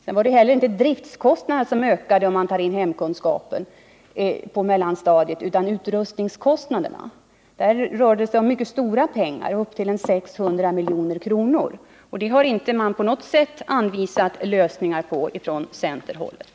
Det är inte heller driftkostnaden utan utrustningskostnaden som ökar, om man inför hemkunskapsundervisning på mellanstadiet. Det rör sig där om mycket stora pengar, upp till 600 milj.kr. Från centerhåll har man inte på något sätt anvisat lösningar på det problemet.